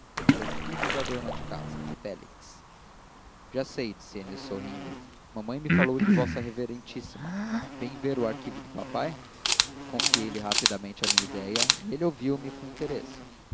era o filho da dona da casa félix já sei disse ele sorrindo mamãe me falou de v revma vem ver o arquivo de papai confiei lhe rapidamente a minha idéia e ele ouviu-me com interesse